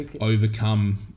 overcome